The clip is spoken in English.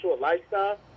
lifestyle